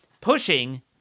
pushing